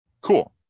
cool